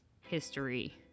history